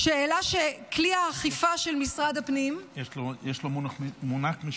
כלי האכיפה של משרד הפנים, יש לו מונח משפטי,